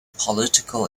political